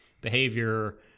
behavior